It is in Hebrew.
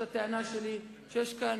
על מה אני מבסס את הטענה שלי שיש כאן